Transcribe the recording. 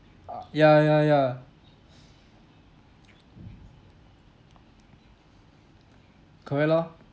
uh ya ya ya correct lor